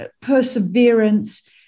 perseverance